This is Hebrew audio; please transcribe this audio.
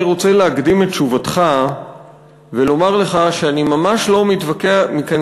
אני רוצה להקדים את תשובתך ולומר לך שאני ממש לא מתכוון